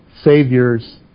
Savior's